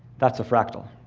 that's a fractal.